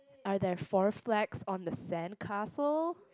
are there four flags on the sandcastle